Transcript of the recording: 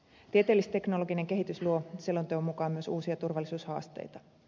tieteellis teknologinen kehitys luo selonteon mukaan myös uusia turvallisuushaasteita